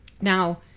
Now